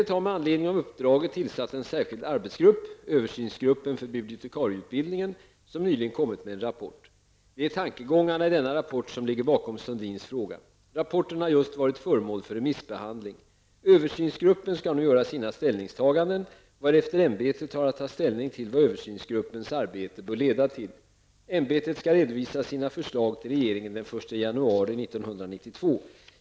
UHÄ har med anledning av uppdraget tillsatt en särskild arbetsgrupp -- Översynsgruppen för bibliotekarieutbildningen, som nyligen kommit med en rapport. Det är tankegångarna i denna rapport som ligger bakom Sundins fråga. Rapporten har just varit föremål för remissbehandling. Översynsgruppen skall nu göra sina ställningstaganden, varefter UHÄ har att ta ställning till vad översynsgruppens arbete bör leda till. UHÄ skall redovisa sina förslag till regeringen den 1 januari 1992.